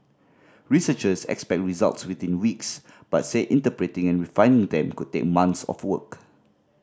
researchers expect results within weeks but say interpreting and refining them could take months of work